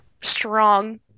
strong